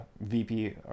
VP